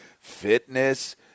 fitness